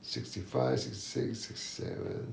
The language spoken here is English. sixty five sixty six sixty seven